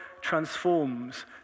transforms